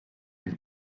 ein